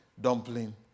dumpling